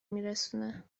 میرسونه